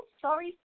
Sorry